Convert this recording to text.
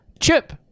Chip